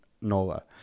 Nola